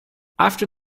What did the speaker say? after